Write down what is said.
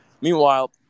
Meanwhile